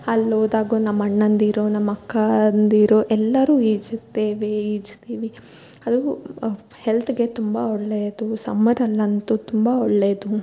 ಅಲ್ಲಿ ಹೋದಾಗು ನಮ್ಮ ಅಣ್ಣಂದಿರು ನಮ್ಮ ಅಕ್ಕಂದಿರು ಎಲ್ಲರು ಈಜುತ್ತೇವೆ ಈಜ್ತಿವಿ ಅದು ಹೆಲ್ತ್ಗೆ ತುಂಬ ಒಳ್ಳೆಯದು ಸಮ್ಮರಲ್ಲಂತೂ ತುಂಬ ಒಳ್ಳೆದು